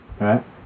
right